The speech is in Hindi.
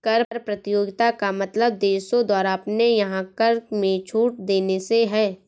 कर प्रतियोगिता का मतलब देशों द्वारा अपने यहाँ कर में छूट देने से है